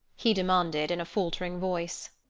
he demanded, in a faltering voice.